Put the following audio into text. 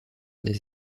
des